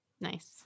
Nice